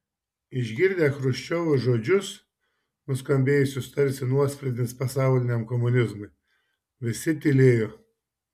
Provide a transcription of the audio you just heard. išgirdę chruščiovo žodžius nuskambėjusius tarsi nuosprendis pasauliniam komunizmui visi tylėjo